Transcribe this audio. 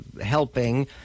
helping